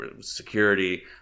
security